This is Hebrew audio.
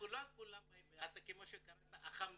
אנחנו כולנו אומרים, אנחנו הודים.